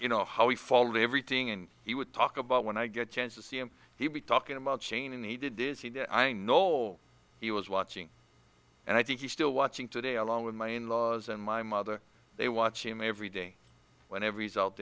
you know how he followed everything and he would talk about when i get a chance to see him he'd be talking about shane and he did i know he was watching and i think he still watching today along with my in laws and my mother they watch him every day whenever